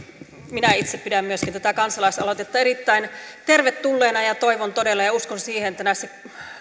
minä itse pidän myöskin tätä kansalaisaloitetta erittäin tervetulleena ja toivon todella sitä ja uskon siihen että näissä